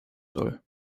soll